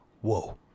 Whoa